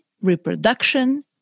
reproduction